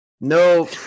No